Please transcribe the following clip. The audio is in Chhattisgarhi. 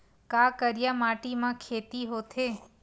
का करिया माटी म खेती होथे?